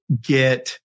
Get